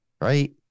right